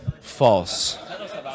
False